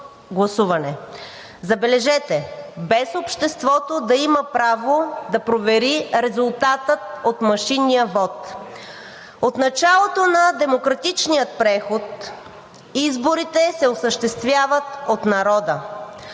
забележете, без обществото да има право да провери резултата от машинния вот. От началото на демократичния преход изборите се осъществяват от народа.